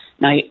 Now